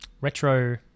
Retro